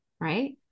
right